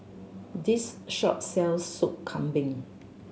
this shop sells Sop Kambing